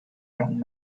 young